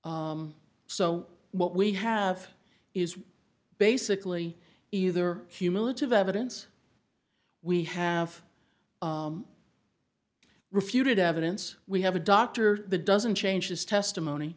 order so what we have is basically either cumulative evidence we have refuted evidence we have a doctor doesn't change his testimony